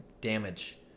damage